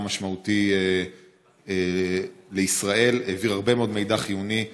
משמעותי לישראל והעביר הרבה מאוד מידע חיוני,